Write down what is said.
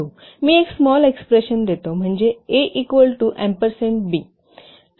मी एक small expression देतो म्हणजे a इक्वल टू एम्परसँड ब आहे